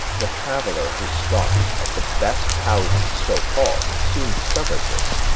the traveller who stops at the best houses, so called, soon discovers this,